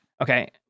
Okay